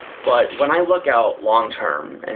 but when i look out long-term, and